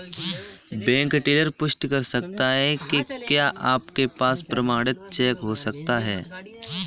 Bank teller पुष्टि कर सकता है कि क्या आपके पास प्रमाणित चेक हो सकता है?